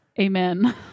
Amen